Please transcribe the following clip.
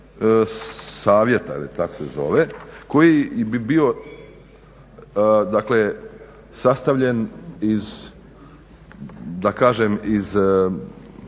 savjeta tako se zove, koji bi bio sastavljen iz više